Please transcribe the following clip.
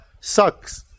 sucks